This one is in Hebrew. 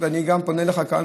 ואני פונה אליך כאן,